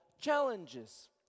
challenges